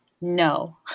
no